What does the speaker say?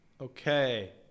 Okay